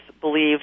believe